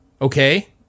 okay